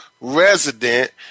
resident